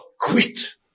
quit